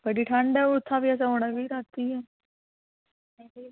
बड़ी ठंड ऐ उत्थै फ्ही असें औना बी रातीं गै